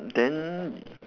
then